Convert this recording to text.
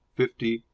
fifty,